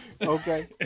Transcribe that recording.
okay